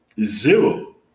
Zero